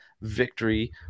victory